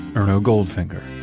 erno goldfinger,